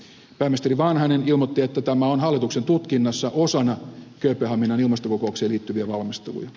pääministeri vanhanen ilmoitti että tämä on hallituksen tutkinnassa osana kööpenhaminan ilmastokokoukseen liittyviä valmisteluja